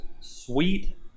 sweet